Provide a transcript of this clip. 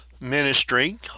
ministry